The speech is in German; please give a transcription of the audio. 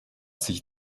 sich